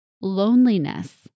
loneliness